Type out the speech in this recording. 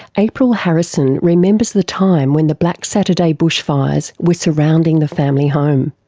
april harrison remembers the time when the black saturday bushfires were surrounding the family home.